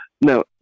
Now